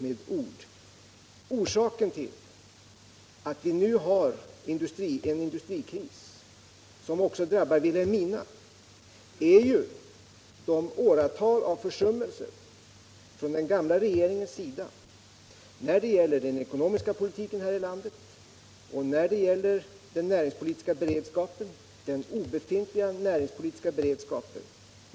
Om regeringsåtgär Orsaken till att vi nu har en industrikris, som också drabbar Vilhelmina, — der med anledning är ju åratal av försummelser från den gamla regeringens sida när det = av varslad industri gäller den ekonomiska politiken här i landet och när det gäller den obe = nedläggning i fintliga näringspolitiska beredskapen.